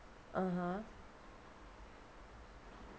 (uh huh)